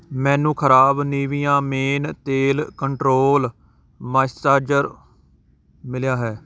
ਮੈਨੂੰ ਖ਼ਰਾਬ Nivea men ਤੇਲ ਕੰਟਰੋਲ ਮਾਇਸਚਰਾਈਜ਼ਰ ਮਿਲਿਆ ਹੈ